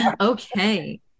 Okay